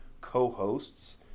co-hosts